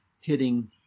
hitting